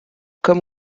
comme